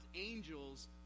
angels